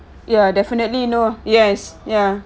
ya definitely no yes ya